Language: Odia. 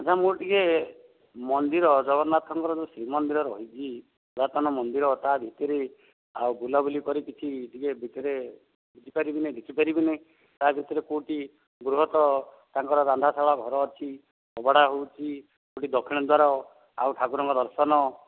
ଆଚ୍ଛା ମୁଁ ଟିକେ ମନ୍ଦିର ଜଗନ୍ନାଥଙ୍କ ର ଯୋଉ ଶ୍ରୀ ମନ୍ଦିର ରହିଛି ପୁରାତନ ମନ୍ଦିର ତା ଭିତରେ ଆଉ ବୁଲାବୁଲି କରିକି କିଛି ଟିକେ ଭିତରେ ବୁଝିପାରିବି ନାହିଁ ଦେଖିପାରିବି ନାହିଁ ତା ଭିତରେ କୋଉଠି ବୃହତ ତାଙ୍କର ରନ୍ଧାଶାଳ ଘର ଅଛି ଅଭଡ଼ା ହେଉଛି ଦକ୍ଷିଣ ଦ୍ୱାର ଆଉ ଠାକୁରଙ୍କ ଦର୍ଶନ